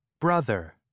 Brother